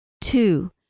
Two